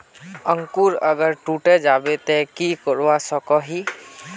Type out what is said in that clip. अंकूर अगर टूटे जाबे ते की करवा सकोहो ही?